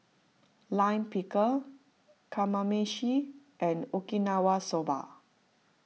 Lime Pickle Kamameshi and Okinawa Soba